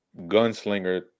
gunslinger